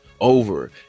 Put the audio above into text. over